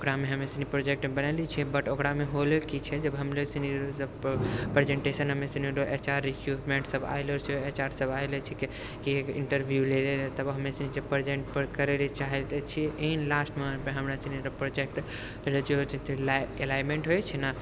ओकरामे हमेसनी प्रोजेक्ट बना लै छिए बट ओकरामे होलै कि छै हमेसनी प्रेजेन्टेशन जब एच आर इक्विपमेन्ट सब आएलो छै एच आर सब आएलो छै इन्टरव्यू लै लए तबे हमेसनी जब प्रेजेन्ट करै छलिए ऐन लास्टमे हमरासनी प्रेजेन्ट अलाइन्मेन्ट होइ छै ने